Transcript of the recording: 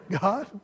God